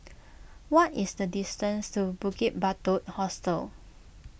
what is the distance to Bukit Batok Hostel